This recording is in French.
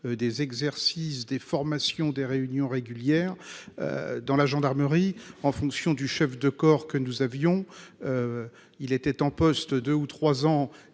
des exercices des formations, des réunions régulières. Dans la gendarmerie en fonction du chef de corps que nous avions. Il était en poste 2 ou 3 ans